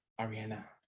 Ariana